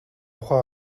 ухаан